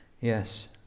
Yes